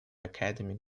academic